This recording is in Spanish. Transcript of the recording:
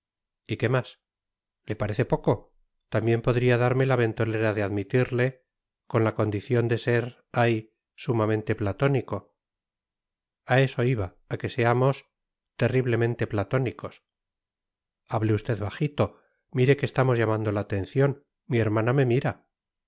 y qué más le parece poco también podría darme la ventolera de admitirle con la condición de ser ay sumamente platónico a eso iba a que seamos terriblemente platónicos hable usted bajito mire que estamos llamando la atención mi hermana me mira